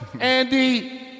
Andy